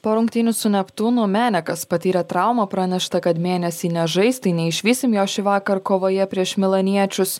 po rungtynių su neptūnu menekas patyrė traumą pranešta kad mėnesį nežais tai neišvysim jo šįvakar kovoje prieš milaniečius